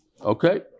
Okay